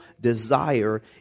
desire